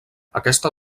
aquesta